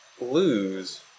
lose